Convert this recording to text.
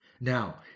Now